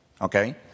okay